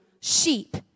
sheep